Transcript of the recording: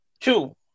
Two